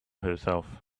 herself